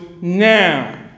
now